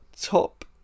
top